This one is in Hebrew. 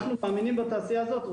אנחנו מאמינים בתעשייה הזאת.